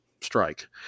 strike